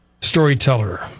storyteller